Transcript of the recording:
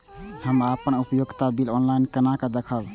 हम अपन उपयोगिता बिल ऑनलाइन केना देखब?